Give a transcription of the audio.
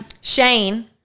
shane